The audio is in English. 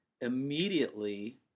immediately